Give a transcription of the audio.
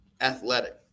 athletic